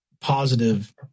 positive